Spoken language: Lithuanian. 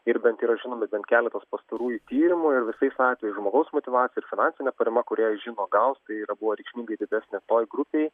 ir bent yra žinomi bent keletas pastarųjų tyrimų ir visais atvejais žmogaus motyvacija ir finansinė parama kurią jis žino gaus tai yra buvo reikšmingai didesnė toj grupėj